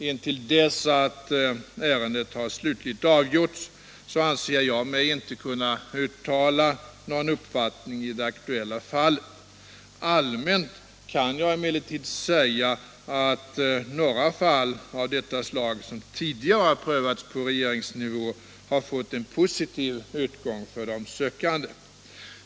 Intill dess att ärendet har slutligt avgjorts anser jag mig inte kunna uttala någon uppfattning i det aktuella fallet. Allmänt kan jag emellertid säga att några fall av detta slag som tidigare prövats på regeringsnivå har fått en positiv utgång för de sökande.